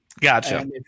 Gotcha